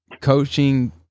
coaching